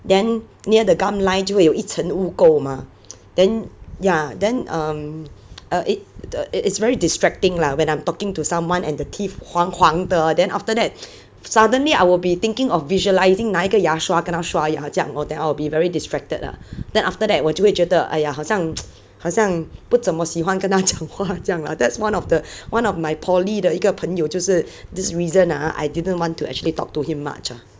then near the gum line 就会有一层污垢 mah then ya then um err it err it is very distracting lah when I'm talking to someone and the teeth 黄黄的 then after that suddenly I will be thinking of visualizing 拿一个牙刷跟他刷牙这样 lor then I'll be very distracted lah then after that 我就会觉得 !aiya! 好像 好像不怎么喜欢跟他讲话这样 lah that's one of the one of my poly 的一个朋友就是 this reason ah I didn't want to actually talk to him much ah